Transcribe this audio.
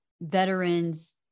veterans